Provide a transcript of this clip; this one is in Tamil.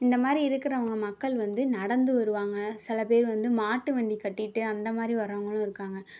இந்த மாதிரி இருக்கிறவங்க மக்கள் வந்து நடந்து வருவாங்க சில பேர் வந்து மாட்டுவண்டி கட்டிட்டு அந்த மாதிரி வரவங்களும் இருக்காங்க